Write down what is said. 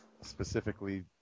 Specifically